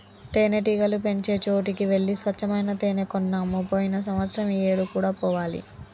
తేనెటీగలు పెంచే చోటికి వెళ్లి స్వచ్చమైన తేనే కొన్నాము పోయిన సంవత్సరం ఈ ఏడు కూడా పోవాలి